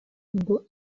ngo